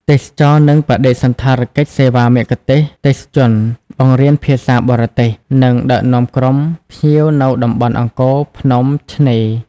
ទេសចរណ៍ និងបដិសណ្ឋារកិច្ចសេវាមគ្គុទេសក៍ ទេសជន បង្រៀនភាសាបរទេស និងដឹកនាំក្រុមភ្ញៀវនៅតំបន់អង្គរ ភ្នំ ឆ្នេរ។